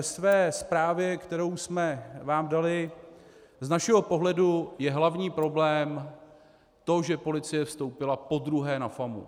Ve zprávě, kterou jsme vám dali, z našeho pohledu je hlavní problém to, že policie vstoupila podruhé na FAMU.